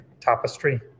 tapestry